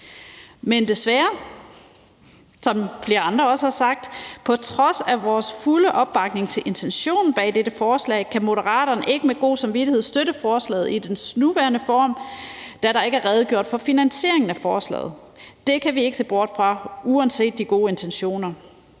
Men desværre, hvilket flere andre også har sagt, kan Moderaterne på trods af vores fulde opbakning til intentionen bag dette forslag ikke med god samvittighed støtte forslaget i dets nuværende form, da der ikke er redegjort for finansieringen af forslaget. Det kan vi uanset de gode intentioner